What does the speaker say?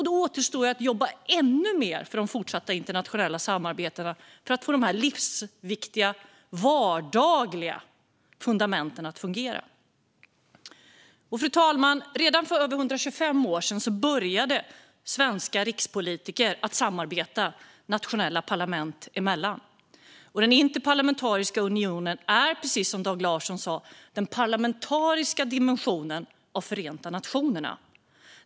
Det återstår då att jobba ännu mer för de fortsatta internationella samarbetena för att få de livsviktiga vardagliga fundamenten att fungera. Fru talman! Redan för över 125 år sedan började svenska rikspolitiker att samarbeta med andra nationella parlament. Den interparlamentariska unionen är, precis som Dag Larsson sa, den parlamentariska dimensionen av Förenta nationerna.